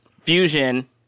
Fusion